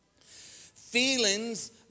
Feelings